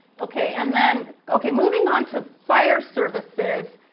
okay, and then, okay moving on to fire services